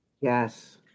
yes